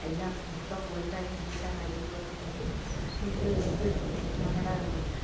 എല്ലാം മൊത്തം full time ഇതുങ്ങളുടെ കാര്യങ്ങളൊക്കെ നോക്കി ഇത് ഇത് നമ്മളുടെ